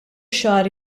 xahar